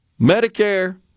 Medicare